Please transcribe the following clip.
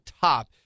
top